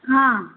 ஆ